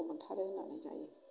गोथाव मोनथारो होननानै जायो